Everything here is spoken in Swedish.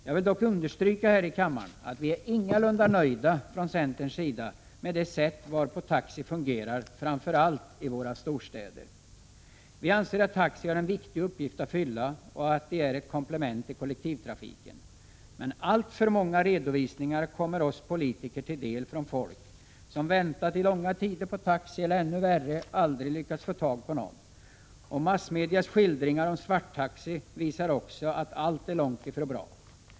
Jag vill dock här i kammaren understryka att vi ingalunda är nöjda inom centern med det sätt varpå taxi fungerar, och det gäller framför allt beträffande storstäderna. Vi anser att taxiverksamheten har en viktig uppgift att fylla och att den är ett komplement till kollektivtrafiken. Men alltför många redovisningar kommer oss politiker till del från folk som fått vänta länge på taxi eller, ännu värre, aldrig lyckats få någon. Massmedias skildringar av svarttaxiverksamhet visar också att allt är långt ifrån bra.